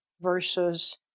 versus